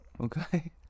okay